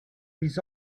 his